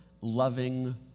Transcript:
loving